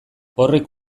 horrek